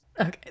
Okay